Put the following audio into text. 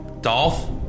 Dolph